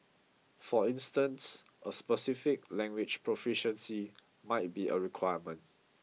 for instance a specific language proficiency might be a requirement